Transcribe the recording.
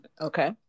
Okay